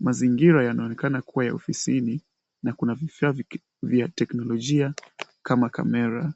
Mazingira yanaonekana kuwa ya ofisini na kuna vifaa vya teknolojia kama kamera.